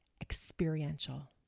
experiential